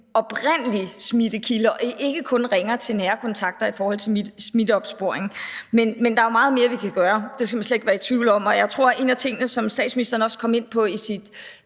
oprindelige smittekilde og ikke kun ringer til nære kontakter i smitteopsporingen. Men der er jo meget mere, vi kan gøre, det skal man slet ikke være i tvivl om, og en af tingene, som statsministeren også kom ind på i sin